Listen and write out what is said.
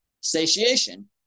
satiation